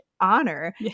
honor